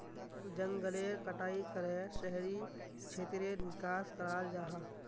जनगलेर कटाई करे शहरी क्षेत्रेर विकास कराल जाहा